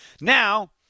Now